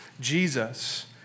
Jesus